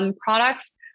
products